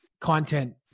content